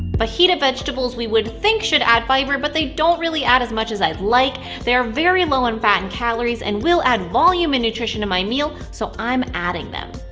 fajita vegetables we would think should add fiber, but they don't really add as much as i'd like. they are very low in fat and calories and will add volume and nutrition to my meal, so i'm adding them.